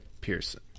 Pearson